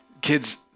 kids